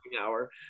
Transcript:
hour